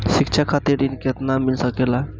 शिक्षा खातिर ऋण केतना मिल सकेला?